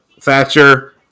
Thatcher